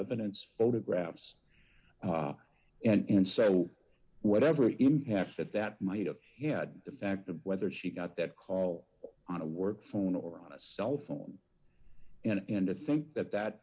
evidence photographs and so whatever impact that that might have had the fact of whether she got that call on a work phone or on a cell phone and to think that that